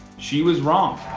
she was wrong.